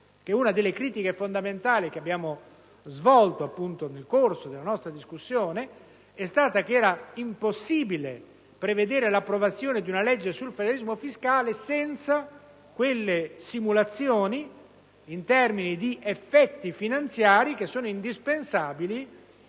Una delle critiche fondamentali che abbiamo avanzato nel corso della nostra discussione è stata circa l'impossibilità di approvare una legge sul federalismo fiscale senza le simulazioni in termini di effetti finanziari, indispensabili